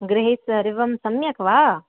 गृहे सर्वे सम्यक् वा